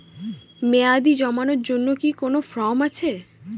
মেয়াদী জমানোর জন্য কি কোন ফর্ম আছে?